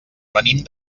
venim